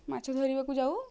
ମାଛ ଧରିବାକୁ ଯାଉ